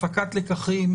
הפקת לקחים,